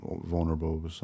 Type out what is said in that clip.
vulnerable